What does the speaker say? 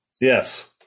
Yes